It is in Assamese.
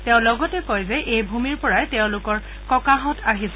তেওঁ লগতে কয় যে এই ভূমিৰ পৰাই তোমালোকৰ ককাহঁত আহিছিল